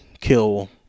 kill